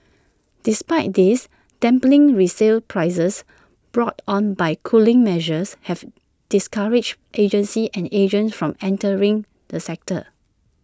despite this dampening resale prices brought on by cooling measures have discouraged agencies and agents from entering the sector